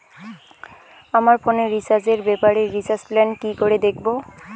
আমার ফোনে রিচার্জ এর ব্যাপারে রিচার্জ প্ল্যান কি করে দেখবো?